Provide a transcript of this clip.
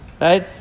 Right